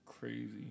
Crazy